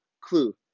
clue